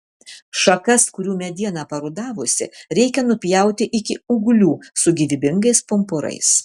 šakas kurių mediena parudavusi reikia nupjauti iki ūglių su gyvybingais pumpurais